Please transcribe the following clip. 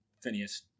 Phineas